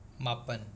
ꯃꯥꯄꯟ